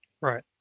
right